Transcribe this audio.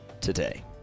today